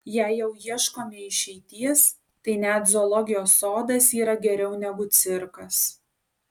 jei jau ieškome išeities tai net zoologijos sodas yra geriau negu cirkas